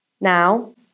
now